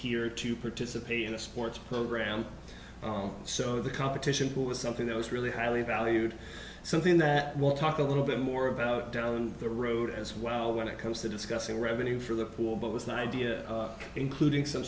here to participate in a sports program so the competition pool was something that was really highly valued something that won't talk a little bit more about down the road as well when it comes to discussing revenue for the pool but with no idea including some